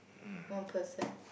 one person